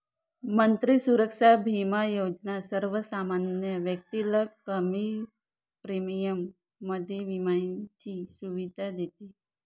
मंत्री सुरक्षा बिमा योजना सर्वसामान्य व्यक्तीला कमी प्रीमियम मध्ये विम्याची सुविधा देते